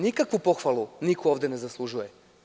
Nikakvu pohvalu niko ovde ne zaslužuje.